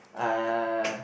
uh